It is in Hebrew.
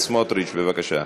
חבר הכנסת סמוטריץ, בבקשה.